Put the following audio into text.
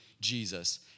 Jesus